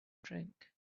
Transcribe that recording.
drink